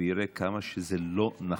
ויראה כמה שזה לא נכון.